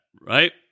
right